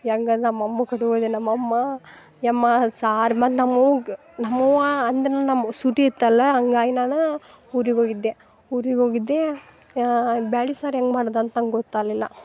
ಹೆಂಗೆ ನಮ್ಮಮ್ಮ ಕಡೆ ದೆ ನಮ್ಮಮ್ಮ ಯಮ್ಮಾ ಸಾರು ಮತ್ತು ನಮ್ಮವ್ಗೆ ನಮ್ಮವ್ವಾ ಅಂದ್ರ ನಮು ಸುಟಿ ಎತ್ತಲ್ಲಾ ಹಂಗಾಯ್ ನಾನಾ ಊರಿಗೆ ಹೋಗಿದ್ದೆ ಊರಿಗೆ ಹೋಗಿದ್ಯ ಬ್ಯಾಳಿ ಸಾರು ಹೆಂಗೆ ಮಾಡೋದಂತ ನನ್ಗೆ ಗೊತ್ತಾಲ್ಲಿಲ್ಲ